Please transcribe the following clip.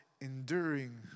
enduring